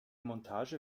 montage